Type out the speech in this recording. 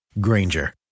Granger